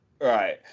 right